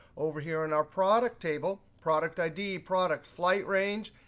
over here in our product table, product id, product, flight range,